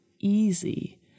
easy